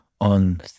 on